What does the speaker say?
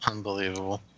Unbelievable